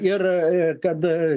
ir kad